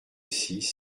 six